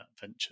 venture